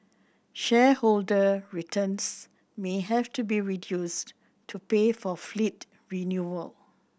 shareholder returns may have to be reduced to pay for fleet renewal